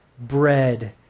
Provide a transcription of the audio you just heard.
bread